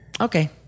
Okay